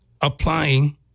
applying